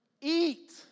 eat